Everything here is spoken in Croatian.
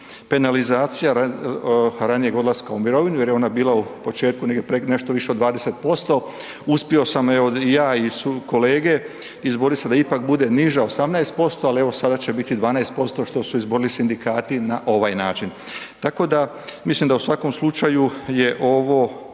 penalizacija ranijeg odlaska u mirovinu jer je ona bila u početku negdje nešto više od 20%. Uspio sam, evo, ja i sukolege izborit se da ipak bude niža, 18%, ali evo, sada će biti 12%, što su izborili sindikati na ovaj način. Tako da, mislim da u svakom slučaju, je ovo,